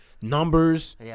Numbers